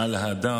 על אהדה,